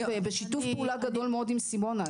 בשיתוף פעולה גדול מאוד עם סימונה.